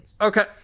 Okay